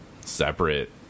separate